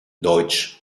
deutsch